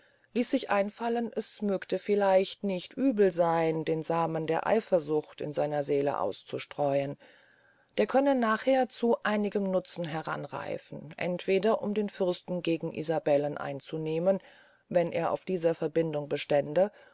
ließ sich einfallen es mögte vielleicht nicht übel seyn den saamen der eifersucht in seiner seele auszustreuen der könne nachher zu einigem nutzen heranreifen entweder um den fürsten gegen isabellen einzunehmen wenn er auf dieser verbindung bestände